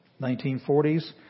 1940s